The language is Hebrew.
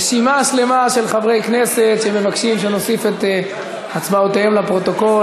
רשימה שלמה של חברי כנסת מבקשים שנוסיף את הצבעותיהם לפרוטוקול.